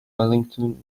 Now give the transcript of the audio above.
wellington